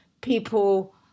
people